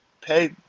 pay